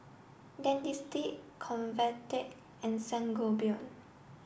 Dentiste Convatec and Sangobion